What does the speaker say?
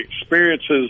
experiences